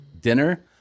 dinner